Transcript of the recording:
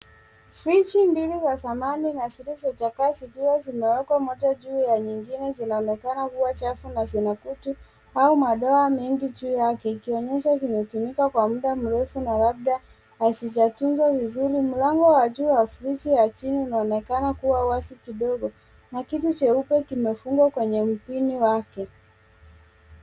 Swichi mbili za zamani na zilizochakaa zikiwa zimewekwa moja juu ya nyingine zinaonekana kuwa chafu na zina kutu au madoa mengi juu yake, ikionyesha zimetumika kwa muda mrefu na labda hazijatunzwa vizuri. Mlango wa juu wa friji ya chini unaonekana kuwa wazi kidogo na kitu cheupe kimefungwa kwenye mpini wake.